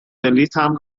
بلیطم